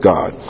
God